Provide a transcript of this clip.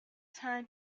time